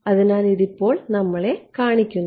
അതിനാൽ ഇത് ഇപ്പോൾ അത് നമ്മളെ കാണിക്കുന്നു